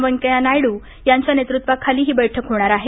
वेन्कैय्या नायडू यांच्या नेतुवाखाली ही बैठक होणार आहे